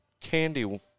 candy